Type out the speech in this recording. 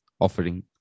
offering